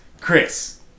Chris